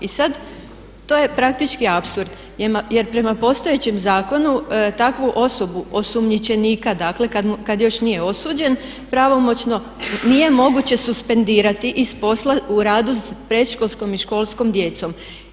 I sad to je praktički apsurd jer prema postojećem zakonu takvu osobu osumnjičenika dakle kad još nije osuđen pravomoćno nije moguće suspendirati iz posla u radu s predškolskom i školskom djecom.